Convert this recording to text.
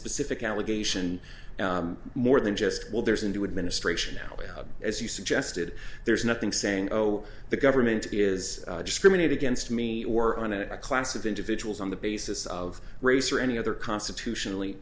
specific allegation more than just well there's a new administration now as you suggested there's nothing saying oh the government is discriminate against me or on a class of individuals on the basis of race or any other constitutionally